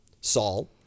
saul